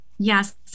Yes